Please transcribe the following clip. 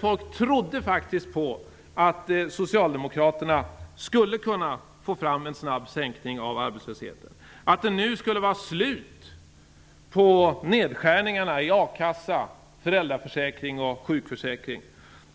Folk trodde faktiskt på att socialdemokraterna skulle kunna åstadkomma en snabb sänkning av arbetslösheten, att det nu skulle vara slut på nedskärningarna i a-kassa, föräldraförsäkring och sjukförsäkring,